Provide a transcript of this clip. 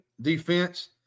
defense